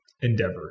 endeavor